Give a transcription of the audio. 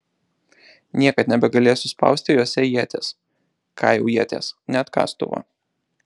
niekad nebegalėsiu spausti juose ieties ką jau ieties net kastuvo